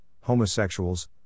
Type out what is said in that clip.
homosexuals